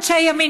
אנשי הימין,